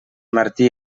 martí